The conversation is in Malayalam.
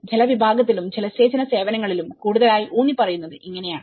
ജലവിഭാഗത്തിലും ജലസേചന സേവനങ്ങളിലും കൂടുതലായി ഊന്നിപ്പറയുന്നത് ഇങ്ങനെയാണ്